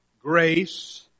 grace